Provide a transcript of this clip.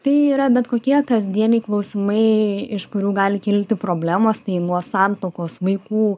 tai yra bet kokie kasdieniai klausimai iš kurių gali kilti problemos tai nuo santuokos vaikų